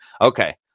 Okay